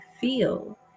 feel